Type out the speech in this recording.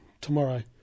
tomorrow